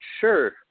Sure